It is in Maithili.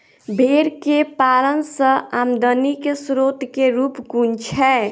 भेंर केँ पालन सँ आमदनी केँ स्रोत केँ रूप कुन छैय?